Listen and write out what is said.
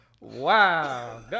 Wow